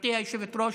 גברתי היושבת-ראש,